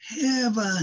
heaven